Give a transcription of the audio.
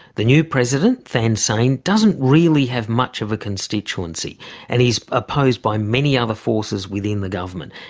the new president, thein sein, doesn't really have much of a constituency and he's opposed by many other forces within the government.